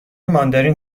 ماندارین